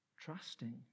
trusting